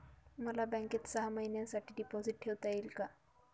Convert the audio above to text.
मला बँकेत सहा महिन्यांसाठी डिपॉझिट ठेवता येईल का?